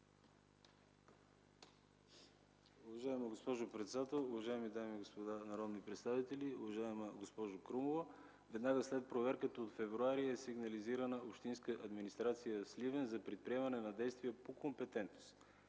Уважаема госпожо председател, уважаеми дами и господа народни представители, уважаема госпожо Крумова! Веднага след проверката от февруари е сигнализирана Общинска администрация – Сливен за предприемане на действия по компетентност.